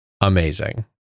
amazing